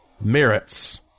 merits